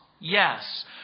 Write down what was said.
Yes